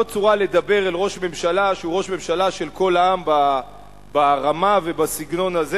לא צורה לדבר אל ראש ממשלה שהוא ראש ממשלה של כל העם ברמה ובסגנון הזה.